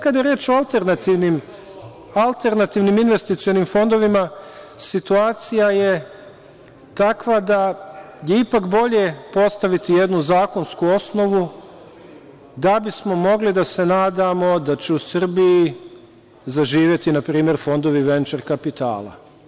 Kada je reč o alternativnim investicionim fondovima, situacija je takva da je ipak bolje postaviti jednu zakonsku osnovu, da bi smo mogli da se nadamo da će u Srbiji zaživeti npr. fondovi venčer kapitala.